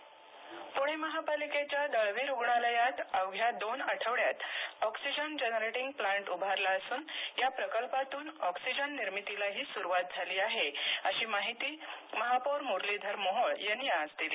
महापौर पुणे महापालिकेच्या दळवी रुग्णालयात अवघ्या दोन आठवड्यात ऑक्सिजन जनरेटिंग प्लान्ट उभारला असून या प्रकल्पातून ऑक्सिजन निर्मितीलाही सुरुवात झाली आहे अशी माहिती महापौर मुरलीधर मोहोळ यांनी आज दिली